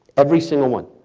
every single one.